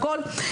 הכול,